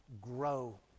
grow